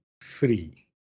free